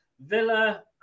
Villa